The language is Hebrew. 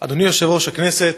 אדוני יושב-ראש הכנסת,